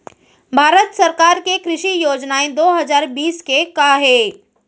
भारत सरकार के कृषि योजनाएं दो हजार बीस के का हे?